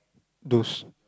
those